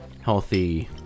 healthy